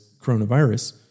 coronavirus